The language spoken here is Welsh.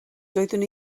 doeddwn